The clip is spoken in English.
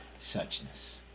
suchness